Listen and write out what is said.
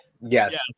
yes